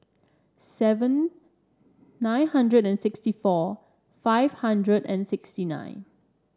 seven nine hundred and sixty four five hundred and sixty nine